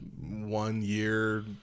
one-year